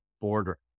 border